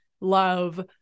love